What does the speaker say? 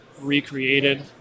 recreated